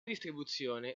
distribuzione